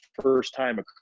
first-time